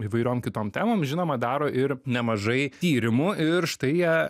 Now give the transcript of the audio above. įvairiom kitom temom žinoma daro ir nemažai tyrimų ir štai jie